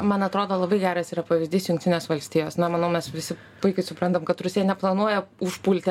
man atrodo labai geras yra pavyzdys jungtinės valstijos na manau mes visi puikiai suprantam kad rusija neplanuoja užpulti